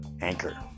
Anchor